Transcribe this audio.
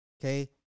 okay